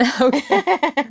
Okay